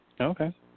Okay